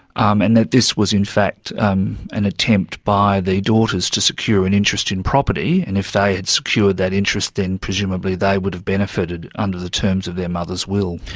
um and that this was in fact um an attempt by the daughters to secure an interest in property, and if they had secured that interest then presumably they would've benefited under the terms of their mother's will.